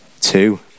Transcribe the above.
two